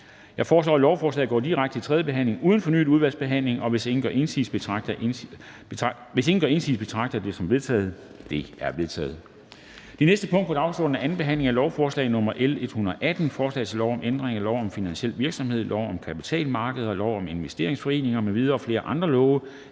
Jeg foreslår, at lovforslagene går direkte til tredje behandling uden fornyet udvalgsbehandling, og hvis ingen gør indsigelse, betragter jeg det som vedtaget. Det er vedtaget. --- Det næste punkt på dagsordenen er: 9) 2. behandling af lovforslag nr. L 118: Forslag til lov om ændring af lov om finansiel virksomhed, lov om kapitalmarkeder, lov om investeringsforeninger m.v. og flere andre love.